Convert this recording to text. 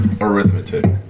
arithmetic